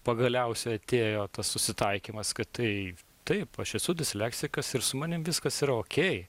pagaliausiai atėjo tas susitaikymas kad tai taip aš esu disleksikas ir su manim viskas yra okei